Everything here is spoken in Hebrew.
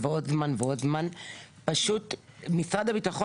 ולכן הנושא הזה יוסדר כפי שמצוין בהצעה.